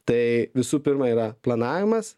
tai visų pirma yra planavimas